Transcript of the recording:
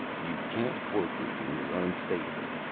you can't quote me in your own favor,